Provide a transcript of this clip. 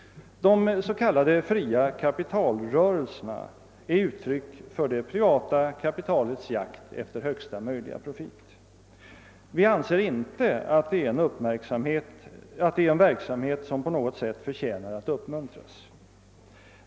De s.k. fria kapitalrörelserna är uttryck för det privata kapitalets jakt efter högsta möjliga profit. Vi anser inte att det är en verksamhet som på något sätt förtjänar att uppmuntras.